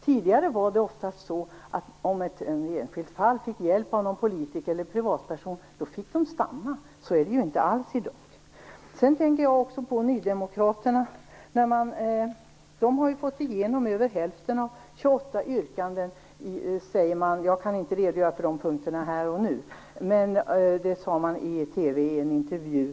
Tidigare var det oftast så att om en politiker eller en privatperson gav hjälp i ett enskilt fall fick personen i fråga stanna. Så är det alls inte i dag. Jag tänker på Nydemokraterna, som har fått igenom över hälften av sina 28 yrkanden - sägs det. Jag kan inte redogöra för de punkterna här och nu, men detta har det talats om i en intervju i TV.